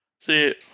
See